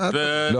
בוא